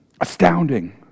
Astounding